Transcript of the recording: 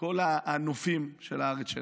כל הנופים של הארץ שלנו.